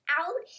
out